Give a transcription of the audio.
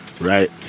right